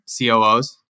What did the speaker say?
COOs